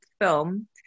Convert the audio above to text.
film